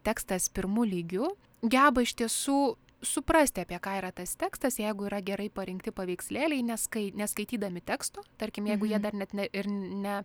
tekstas pirmu lygiu geba iš tiesų suprasti apie ką yra tas tekstas jeigu yra gerai parinkti paveikslėliai neskai neskaitydami teksto tarkim jeigu jie dar net ne ir ne